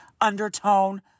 undertone